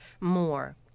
more